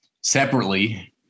separately